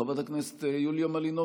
חברת הכנסת יוליה מלינובסקי.